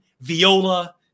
viola